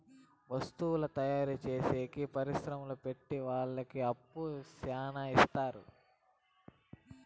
వత్తువుల తయారు చేసేకి పరిశ్రమలు పెట్టె వాళ్ళకి అప్పు శ్యానా ఇత్తారు